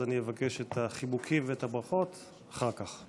אבקש את החיבוקים והברכות אחר כך.